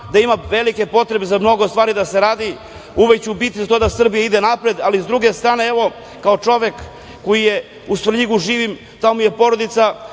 da ima velike potrebe za mnogo stvari da se radi, uvek ću biti za to da Srbija ide napred, ali s druge strane, evo, kao čovek koji u Svrljigu živim, tamo mi je porodica,